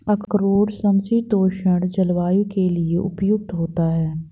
अखरोट समशीतोष्ण जलवायु के लिए उपयुक्त होता है